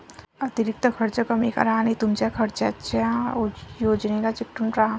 अतिरिक्त खर्च कमी करा आणि तुमच्या खर्चाच्या योजनेला चिकटून राहा